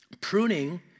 pruning